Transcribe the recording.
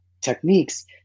techniques